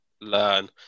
learn